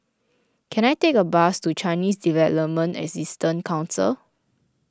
can I take a bus to Chinese Development Assistance Council